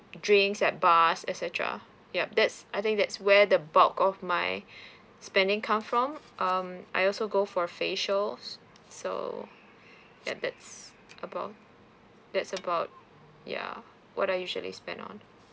drinks at bars et cetera yup that's I think that's where the bulk of my spending come from um I also go for a facial so ya that's about that's about ya what I usually spend on